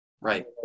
Right